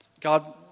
God